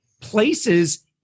places